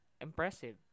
impressive